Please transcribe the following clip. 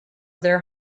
their